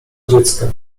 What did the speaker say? dziecka